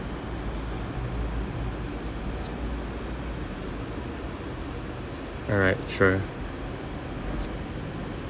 all right sure